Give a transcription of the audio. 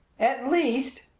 at least,